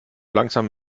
langsam